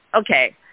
okay